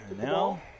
Now